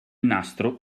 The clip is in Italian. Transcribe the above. nastro